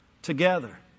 Together